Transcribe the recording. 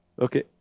Okay